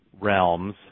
realms